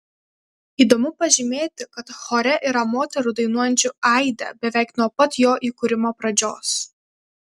įdomu pažymėti kad chore yra moterų dainuojančių aide beveik nuo pat jo įkūrimo pradžios